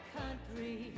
country